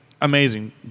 amazing